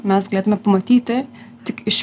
mes galėtume pamatyti tik iš